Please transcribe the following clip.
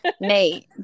Nate